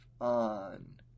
on